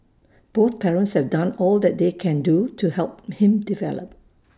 both parents have done all that they can do to help him develop